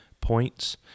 points